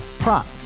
Prop